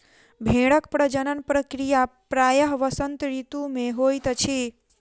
भेड़क प्रजनन प्रक्रिया प्रायः वसंत ऋतू मे होइत अछि